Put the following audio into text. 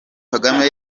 kagame